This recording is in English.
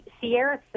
Sierra